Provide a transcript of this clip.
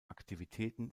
aktivitäten